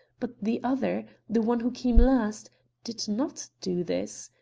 but the other the one who came last did not do this.